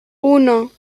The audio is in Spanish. uno